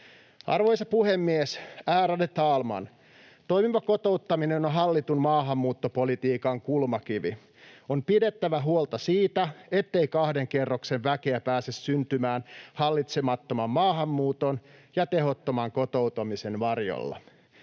Arvoisa puhemies, ärade talman! Toimiva kotouttaminen on hallitun maahanmuuttopolitiikan kulmakivi. On pidettävä huolta siitä, ettei pääse syntymään kahden kerroksen väkeä hallitsemattoman maahanmuuton ja tehottoman kotouttamisen varjolla.